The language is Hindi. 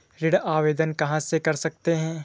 ऋण आवेदन कहां से कर सकते हैं?